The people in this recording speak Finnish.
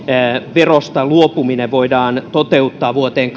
verosta luopuminen voidaan toteuttaa vuoteen